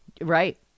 Right